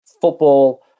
Football